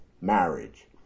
marriage